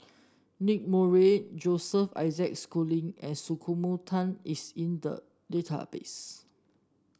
Nicky Moey Joseph Isaac Schooling and Sumiko Tan is in the database